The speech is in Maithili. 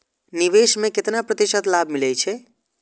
निवेश में केतना प्रतिशत लाभ मिले छै?